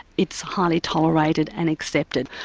it's highly tolerated and accepted.